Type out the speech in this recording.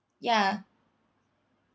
ya